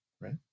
right